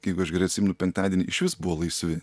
jeigu aš gerai atsimenu penktadieniai išvis buvo laisvi